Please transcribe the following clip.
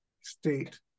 state